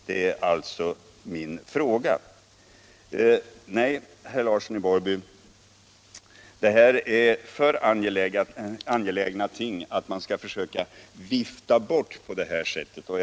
Nej, herr Larsson i Borrby, det här är för angelägna ting för att man skall försöka vifta bort dem på detta sätt.